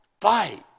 fight